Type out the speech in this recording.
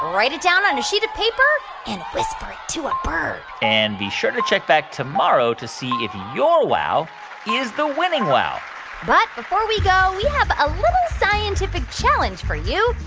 write it down on a sheet of paper and whisper it to a bird and be sure to check back tomorrow to see if your wow is the winning wow but before we go, we have a scientific challenge for you.